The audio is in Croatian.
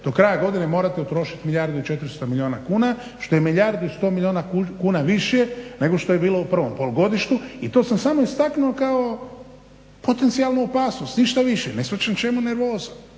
do kraja godine morate utrošiti milijardu i 400 milijuna kuna što je milijardu i 100 milijuna kuna više nego što je bilo u prvom polugodištu i to sam samo istaknuo kao potencijalnu opasnost ništa više. Ne shvaćam čemu nervoza.